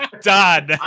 done